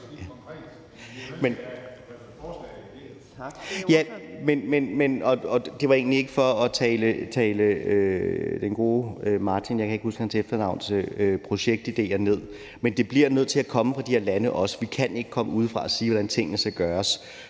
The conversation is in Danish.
det var egentlig ikke for at tale den gode Martins – jeg kan ikke huske hans efternavn – projektidéer ned, men det bliver også nødt til at komme fra de her lande. Vi kan ikke komme udefra og sige, hvordan tingene skal gøres.